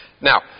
Now